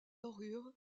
dorures